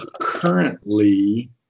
currently